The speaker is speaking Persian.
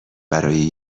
برای